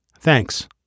Thanks